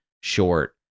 short